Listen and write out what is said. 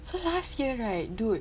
so last year right dude